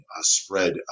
spread